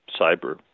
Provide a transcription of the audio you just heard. cyber